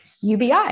UBI